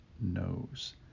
knows